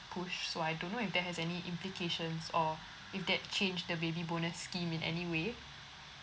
push so I don't know if that has any implications or if that changed the baby bonus scheme in any way